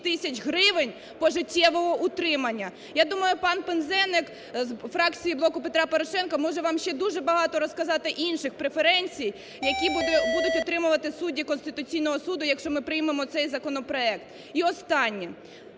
Я думаю, пан Пинзеник з фракції "Блоку Петра Порошенка" може вам ще дуже багато розказати інших преференцій, які будуть отримувати судді Конституційного Суду, якщо ми приймемо цей законопроект. І останнє.